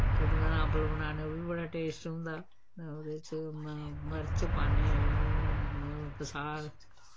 कद्दूएं दा अम्बल बनाने ओह् बी बड़ा टेस्ट होंदा ओह्दे च मर्च पान्ने लून बसार